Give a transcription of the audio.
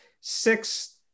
six